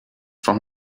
from